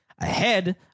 ahead